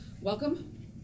welcome